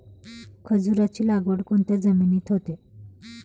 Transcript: खजूराची लागवड कोणत्या जमिनीत होते?